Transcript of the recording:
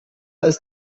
ist